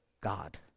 God